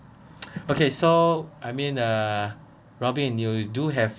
okay so I mean uh robin you do have